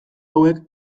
hauek